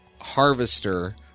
Harvester